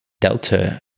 delta